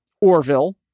Orville